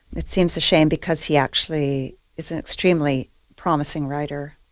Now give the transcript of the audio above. it seems a shame because he actually is an extremely promising writer.